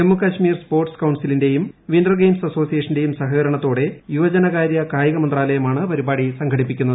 Jammu Kashmir sports കൌൺസിലിന്റേയും winter games അസോസിയേഷന്റെയും സഹകരണത്തോടെ യുവജന കാര്യ കായിക മന്ത്രാലയമാണ് പരിപാടി സംഘടിപ്പിക്കുന്നത്